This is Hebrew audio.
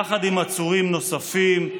יחד עם עצורים נוספים,